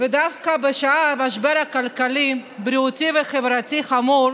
ודווקא בשעה של משבר כלכלי, בריאותי וחברתי חמור